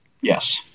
Yes